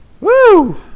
Woo